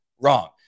Wrong